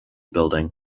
building